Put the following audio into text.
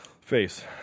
face